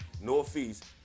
Northeast